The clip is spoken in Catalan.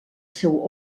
seu